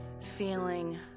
feeling